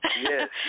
Yes